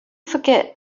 forget